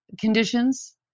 conditions